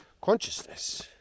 consciousness